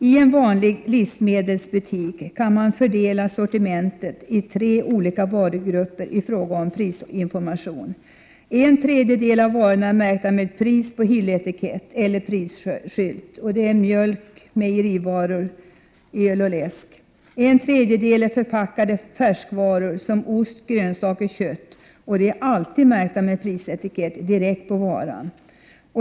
I en vanlig livsmedelsbutik kan man fördela sortimentet i tre olika varugrupper i fråga om prisinformation. En tredjedel av varorna är märkta med pris på hylletikett eller prisskylt — mjölk, mejerivaror, öl och läsk. En tredjedel är förpackade färskvaror som ost, grönsaker och kött — alltid märkta med prisetikett direkt på varan.